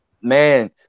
man